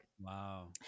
wow